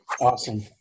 Awesome